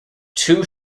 two